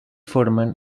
formen